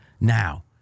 Now